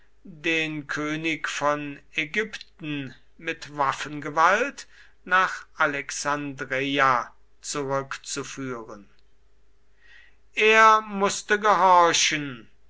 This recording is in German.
den könig von ägypten mit waffengewalt nach alexandreia zurückzuführen er wußte gehorchen